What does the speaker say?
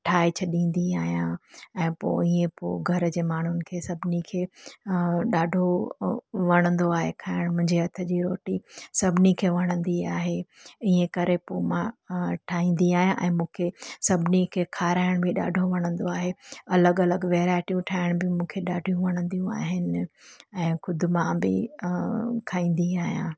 ठाहे छॾींदी आहियां ऐं पोइ ईअं पोइ घर जे माण्हुनि खे सभिनी खे ॾाढो वणंदो आहे खाइणु मुंहिंजे हथ जी रोटी सभिनी खे वणंदी आहे ईअं करे पोइ मां ठाहींदी आहियां ऐं मूंखे सभिनी खे खाराइण बि ॾाढो वणंदो आहे अलॻि अलॻि वैराइटियूं ठाहिण बि मूंखे ॾाढी वणंदियूं आहिनि ऐं ख़ुदि मां बि खाईंदी आहियां